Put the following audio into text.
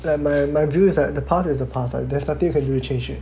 like my my views the past is the past there's nothing you can do to change it